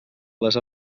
les